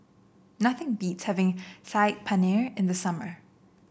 nothing beats having Saag Paneer in the summer